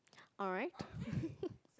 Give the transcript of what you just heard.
alright